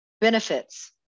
benefits